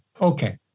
Okay